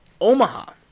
Omaha